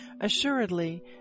Assuredly